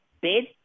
bid